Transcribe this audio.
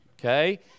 okay